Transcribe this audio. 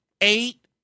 Eight